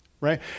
right